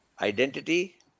identity